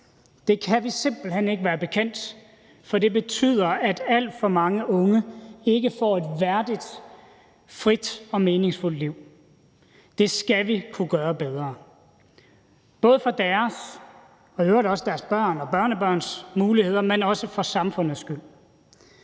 Det kan vi simpelt hen ikke være bekendt, for det betyder, at alt for mange unge ikke får et værdigt, frit og meningsfuldt liv. Det skal vi kunne gøre bedre – både for deres og i øvrigt også deres børn og børnebørns muligheder, men også for samfundets skyld.